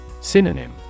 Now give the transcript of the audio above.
Synonym